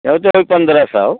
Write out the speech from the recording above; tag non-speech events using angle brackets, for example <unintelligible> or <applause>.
<unintelligible> पन्द्रह सौ